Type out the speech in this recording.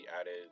added